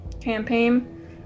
campaign